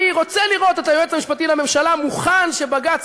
אני רוצה לראות את היועץ המשפטי לממשלה מוכן שבג"ץ